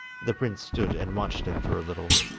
the prince stood and watched him for a little,